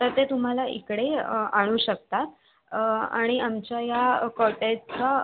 तर ते तुम्हाला इकडे आणू शकतात आणि आमच्या या कॉटेजचा